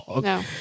No